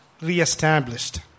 reestablished